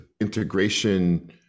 integration